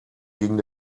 ging